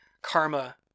karma